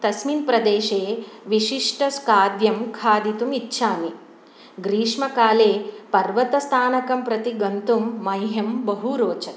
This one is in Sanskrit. तस्मिन् प्रदेशे विशिष्टखाद्यं खादितुमिच्छामि ग्रीष्मकाले पर्वतस्थानकं प्रति गन्तु मह्यं बहु रोचते